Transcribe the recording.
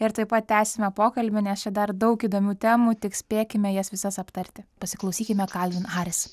ir tuoj pat tęsime pokalbį nes čia dar daug įdomių temų tik spėkime jas visas aptarti pasiklausykime kalvin haris